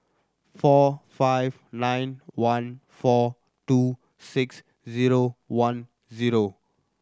four five nine one four two six zero one zero